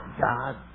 God